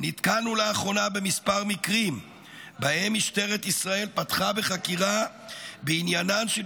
"נתקלנו לאחרונה במספר מקרים שבהם משטרת ישראל פתחה בחקירה בעניינן של